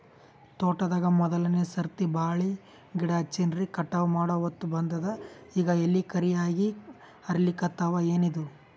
ತೋಟದಾಗ ಮೋದಲನೆ ಸರ್ತಿ ಬಾಳಿ ಗಿಡ ಹಚ್ಚಿನ್ರಿ, ಕಟಾವ ಮಾಡಹೊತ್ತ ಬಂದದ ಈಗ ಎಲಿ ಕರಿಯಾಗಿ ಹರಿಲಿಕತ್ತಾವ, ಏನಿದು?